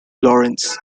laurens